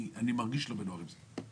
אני מרגיש לא נוח עם זה.